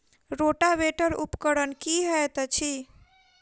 Rotavator उपकरण की हएत अछि?